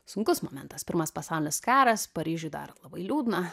sunkus momentas pirmas pasaulinis karas paryžiuj dar labai liūdna